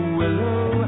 willow